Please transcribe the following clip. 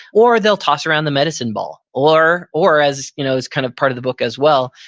or they'll toss around the medicine ball. or or as you know is kind of part of the book as well,